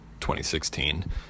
2016